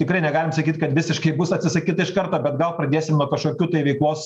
tikrai negalim sakyt kad visiškai bus atsisakyta iš karto bet gal pradėsim nuo kažkokių tai veiklos